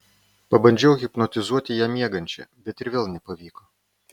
pabandžiau hipnotizuoti ją miegančią bet ir vėl nepavyko